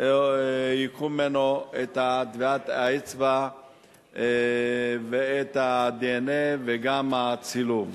ייקחו ממנו את טביעת האצבע ואת ה-DNA וגם את הצילום.